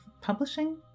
publishing